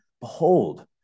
Behold